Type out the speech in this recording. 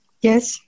yes